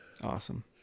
Awesome